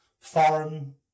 foreign